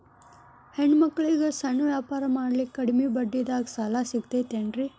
ಹೆಣ್ಣ ಮಕ್ಕಳಿಗೆ ಸಣ್ಣ ವ್ಯಾಪಾರ ಮಾಡ್ಲಿಕ್ಕೆ ಕಡಿಮಿ ಬಡ್ಡಿದಾಗ ಸಾಲ ಸಿಗತೈತೇನ್ರಿ?